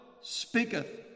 speaketh